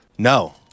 No